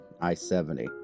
I-70